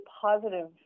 positive